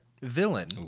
villain